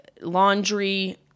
laundry